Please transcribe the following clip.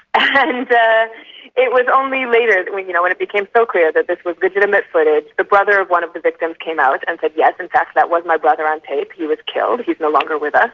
and it was only later when you know when it became so clear that this was legitimate footage. the brother of one of the victims came out and said, yes, in fact, that was my brother on tape, he was killed, he's no longer with us,